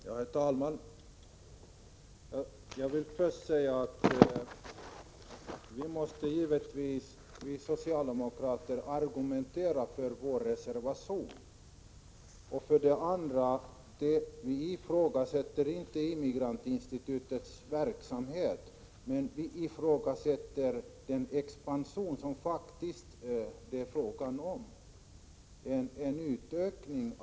Herr talman! För det första vill jag säga att vi socialdemokrater givetvis måste argumentera för vår reservation. För det andra vill jag säga att vi inte ifrågasätter Immigrantinstitutets verksamhet. Vi ifrågasätter emellertid den expansion som den föreslagna höjningen faktiskt innebär.